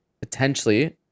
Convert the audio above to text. potentially